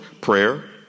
prayer